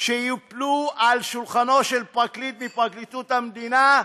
שיופלו על שולחנו של פרקליט מפרקליטות המדינה,